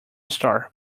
star